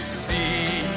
see